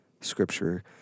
scripture